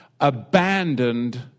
abandoned